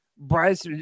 bryce